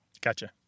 Gotcha